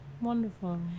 Wonderful